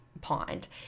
pond